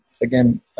Again